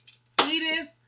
Sweetest